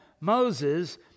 Moses